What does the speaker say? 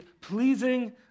pleasing